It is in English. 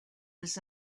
was